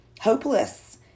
hopeless